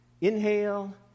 inhale